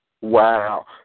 Wow